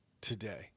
today